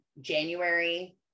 January